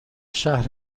شهر